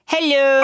Hello